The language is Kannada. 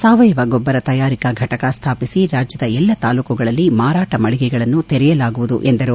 ಸಾವಯವ ಗೊಬ್ಬರ ತಯಾರಿಕಾ ಫಟಕ ಸ್ಥಾಪಿಸಿ ರಾಜ್ಯದ ಎಲ್ಲಾ ತಾಲ್ಲೂಕುಗಳಲ್ಲಿ ಮಾರಾಟ ಮಳಗೆಗಳನ್ನು ತೆರೆಯಲಾಗುವುದು ಎಂದರು